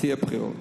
יהיו בחירות,